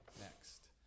next